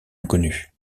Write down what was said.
inconnu